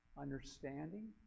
understanding